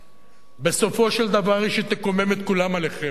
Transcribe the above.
אתכם, בסופו של דבר היא שתקומם את כולם עליכם,